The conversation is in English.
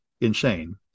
insane